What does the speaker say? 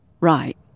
Right